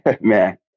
Man